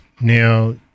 Now